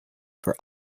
for